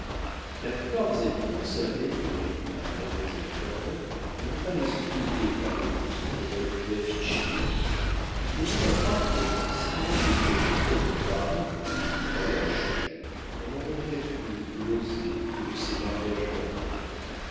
la plupart des habitants savaient gré à mademoiselle cormon de ne pas les humilier par le luxe qu'elle aurait pu afficher il est même à croire que si elle avait fait venir de paris une calèche on en aurait plus glosé que de ses mariages manqués